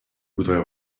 voudrais